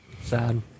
Sad